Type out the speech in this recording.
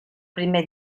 primer